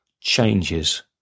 changes